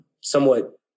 somewhat